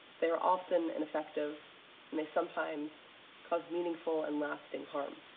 they are often infective, and they sometimes cause meaningful and lasting harm.